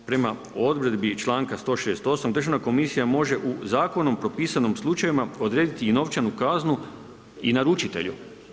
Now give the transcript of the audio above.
Prema odredbi članka 168 Državna komisija može u zakonom propisanim slučajevima odrediti i novčanu kaznu i naručitelju.